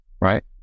right